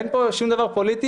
אין פה שום דבר פוליטי,